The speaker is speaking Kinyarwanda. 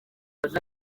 ibi